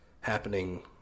happening